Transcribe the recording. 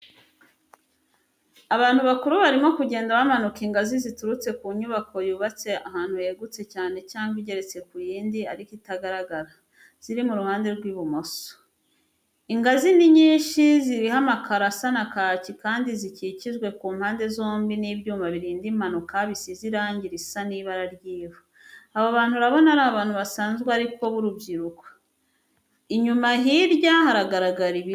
Abantu bakuru barimo kugenda bamanuka ingazi ziturutse ku nyubako yubatse ahantu hegutse cyane cyangwa igeretse ku yindi, ariko itagaragara. Ziri mu ruhande rw'ibumoso. Ingazi ni nyinshi, ziriho amakaro asa na kaki kandi zikikijwe ku mpande zombi,m n'ibyuma birinda impanuka, bisize irangi risa n'ibara ry'ivu. Abo bantu urabona ari abantu basanzwe ariko b'urubyiruko. Inyuma hirya haragaragara ibiti.